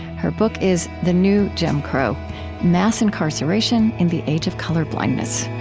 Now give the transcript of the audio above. her book is the new jim crow mass incarceration in the age of colorblindness